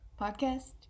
Podcast